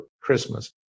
Christmas